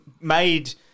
made